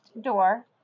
door